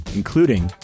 including